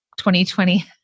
2020